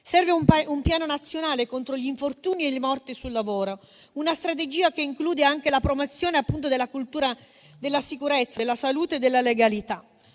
Serve un piano nazionale contro gli infortuni e le morti sul lavoro, una strategia che include anche la promozione, appunto, della cultura della sicurezza, della salute e della legalità.